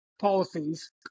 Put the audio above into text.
policies